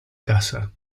caza